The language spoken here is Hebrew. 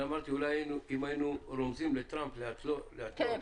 אמרתי אם היינו רומזים לטראמפ לעצור,